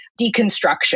deconstruction